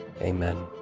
Amen